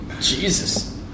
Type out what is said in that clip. Jesus